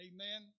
Amen